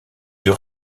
deux